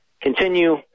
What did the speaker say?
continue